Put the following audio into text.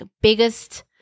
biggest